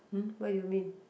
[huh] what you mean